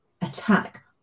attack